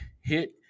Hit